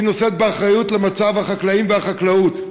והיא נושאת באחריות למצב החקלאים והחקלאות.